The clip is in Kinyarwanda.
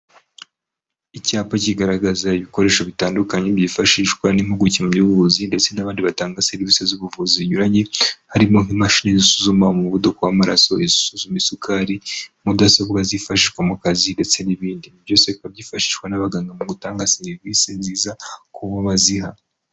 Icyapa kigaragaza ibikoresho bitandukanye byifashishwa n'impuguke mu by'ubuvuzi ndetse n'abandi batanga serivise z'ubuvuzi zinyuranye, harimo nk'imashini zisuzuma umuvuduko w'amaraso, izisuzuma isukari, mudasobwa zifashishwa mu kazi ndetse n'ibindi, byose bikaba byifashishwa n'abaganga mu gutanga serivise nziza ku bo baziha.